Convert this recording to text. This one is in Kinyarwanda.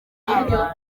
abantu